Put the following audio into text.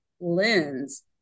lens